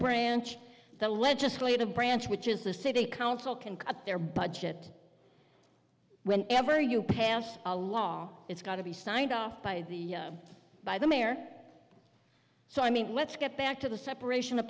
branch the legislative branch which is the city council can cut their budget whenever you pass a law it's got to be signed off by the by the mayor so i mean let's get back to the separation of